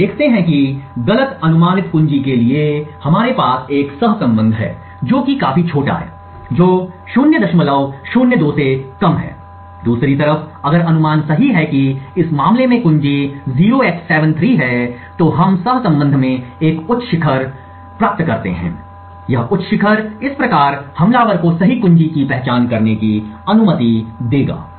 तो हम देखते हैं कि गलत अनुमानित कुंजी के लिए हमारे पास एक सहसंबंध है जो कि काफी छोटा है जो 002 से कम है दूसरी तरफ अगर अनुमान सही है कि इस मामले में कुंजी 0x73 है तो हम सहसंबंध में एक उच्च शिखर प्राप्त करते हैं यह उच्च शिखर इस प्रकार हमलावर को सही कुंजी की पहचान करने की अनुमति देगा